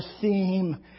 theme